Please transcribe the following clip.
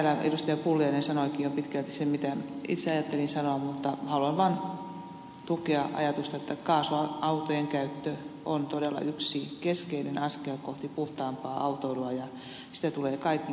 pulliainen sanoikin jo pitkälti sen mitä itse ajattelin sanoa mutta haluan vaan tukea ajatusta että kaasuautojen käyttö on todella yksi keskeinen askel kohti puhtaampaa autoilua ja sitä tulee kaikin keinoin tukea